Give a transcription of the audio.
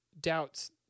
doubts